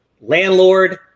landlord